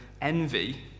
envy